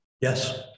Yes